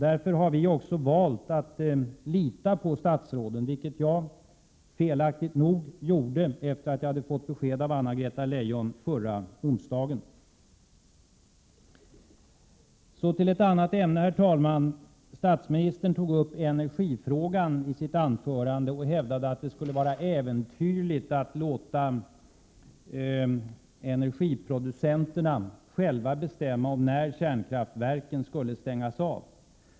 Därför har vi också valt att lita på statsråden, vilket jag — felaktigt nog — gjorde efter det att jag hade fått besked av Anna-Greta Leijon förra onsdagen. Så till ett annat ämne, herr talman! Statsministern tog upp energifrågan i sitt anförande och hävdade att det skulle vara äventyrligt att låta energiproducenterna själva bestämma om när kärnkraftverken skulle stängas av.